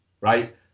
right